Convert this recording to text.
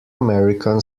american